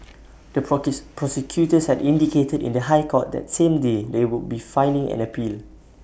the prosecutors had indicated in the High Court that same day they would be filing an appeal